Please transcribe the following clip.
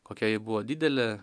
kokia ji buvo didelė